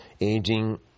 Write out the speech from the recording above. Aging